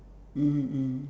mm mm